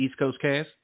EastCoastCast